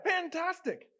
Fantastic